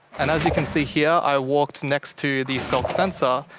and as you can see here, i walked next to the skulk sensor,